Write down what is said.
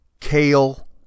Kale